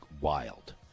wild